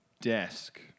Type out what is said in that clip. desk